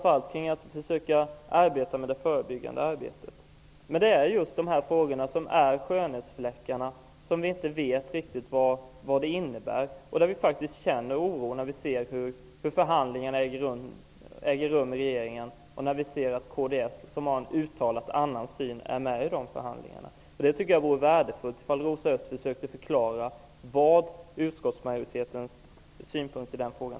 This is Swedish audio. Det gäller kanske framför allt det förebyggande arbetet. Men dessa frågor är skönhetsfläckar. Vi vet inte riktigt vad de innebär. Vi känner faktiskt oro när vi ser hur förhandlingarna i regeringen äger rum och när vi ser att kds, som har en uttalat annan syn, är med i dessa förhandlingar. Det vore värdefullt om Rosa Östh kunde förklara utskottsmajoritens synpunkt i den frågan.